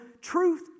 truth